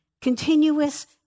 continuous